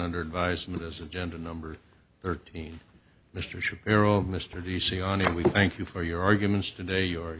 under advisement as agenda number thirteen mr shapiro mr d c on it we thank you for your arguments today